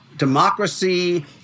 democracy